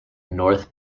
north